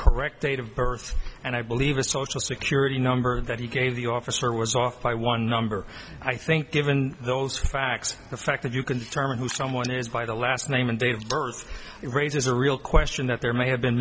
correct date of birth and i believe a social security number that he gave the officer was off by one number i think given those facts the fact that you can determine who someone is by the last name and date of birth it raises a real question that there may have been